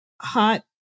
hot